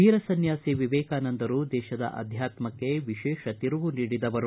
ವೀರ ಸನ್ಯಾಸಿ ವೇಕಾನಂದರು ದೇಶದ ಆಧ್ಯಾತ್ವಕ್ಷೆ ವಿಶೇಷ ತಿರುವು ನೀಡಿದವರು